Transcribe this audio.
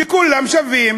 שכולם יהיו שווים